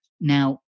Now